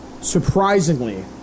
surprisingly